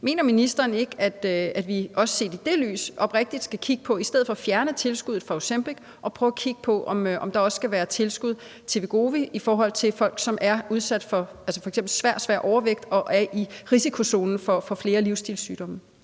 Mener ministeren ikke, at vi også set i det lys, i stedet for at fjerne tilskuddet fra Ozempic, oprigtigt skal prøve at kigge på, om der også skal være tilskud til Wegovy i forhold til folk, som er udsat for f.eks. svær, svær overvægt og er i risikozonen for at få flere livsstilssygdomme?